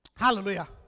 Hallelujah